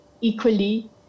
equally